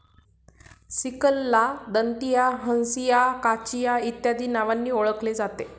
सिकलला दंतिया, हंसिया, काचिया इत्यादी नावांनी ओळखले जाते